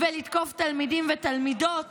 ולתקוף תלמידים ותלמידות